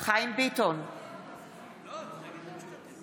אינו משתתף